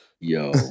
Yo